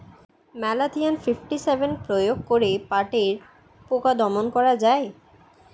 Malathion fifty seven প্রয়োগ করে পাটের পোকা দমন করা যায়?